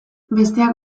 besteak